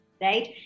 Right